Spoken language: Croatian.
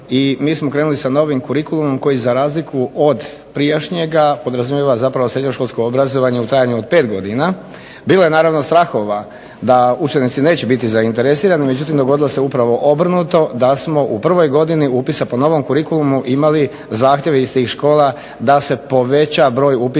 i mi smo krenuli sa novim kurikulumom koji za razliku od prijašnjega podrazumijeva zapravo srednjoškolsko obrazovanje u trajanju od pet godina. Bilo je naravno strahova da učenici neće biti zainteresirani, međutim dogodilo se upravo obrnuto da smo u prvoj godini upisa po novom kurikulumu imali zahtjeve iz tih škola da se poveća broj upisnih